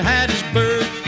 Hattiesburg